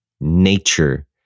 nature